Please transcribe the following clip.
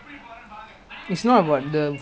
I think